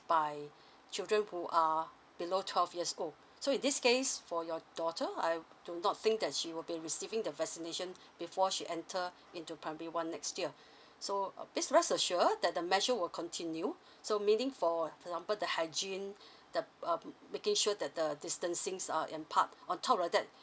by children who are below twelve years old so in this case for your daughter I do not think that she will be receiving the vaccination before she enter into primary one next year so please uh rest assure that the measure will continue so meaning for example the hygiene the um making sure that the distancings are in part on top of that